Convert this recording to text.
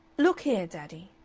look here, daddy,